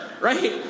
Right